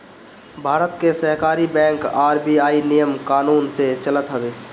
भारत के सहकारी bank RBI नियम कानून से चलत हवे